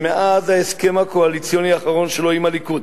שמאז ההסכם הקואליציוני האחרון שלו עם הליכוד,